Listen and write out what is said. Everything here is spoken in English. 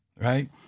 right